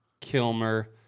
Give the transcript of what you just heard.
Kilmer